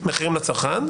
מחירים לצרכן,